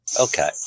okay